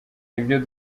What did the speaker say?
ibyo